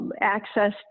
access